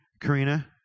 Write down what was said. Karina